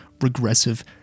regressive